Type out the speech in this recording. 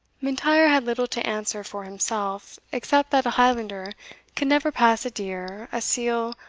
m'intyre had little to answer for himself, except that a highlander could never pass a deer, a seal,